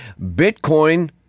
Bitcoin